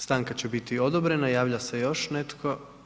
Stanka će biti odobrena, javlja se još netko?